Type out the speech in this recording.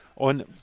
On